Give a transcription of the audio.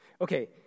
Okay